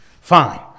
Fine